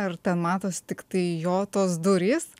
ar ten matos tiktai jo tos durys